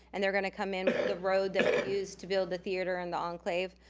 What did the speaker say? and they're gonna come in with the road that we used to build the theater and the enclave,